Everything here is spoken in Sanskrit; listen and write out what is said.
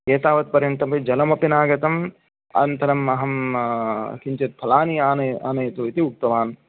एतावत्पर्यन्तमपि जलमपि नागतम् अनन्तरम् अहं किञ्चित् फलानि आनय आनयतु इति उक्तवान्